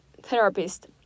therapist